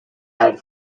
had